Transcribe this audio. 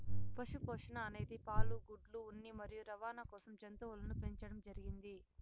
పశు పోషణ అనేది పాలు, గుడ్లు, ఉన్ని మరియు రవాణ కోసం జంతువులను పెంచండం జరిగింది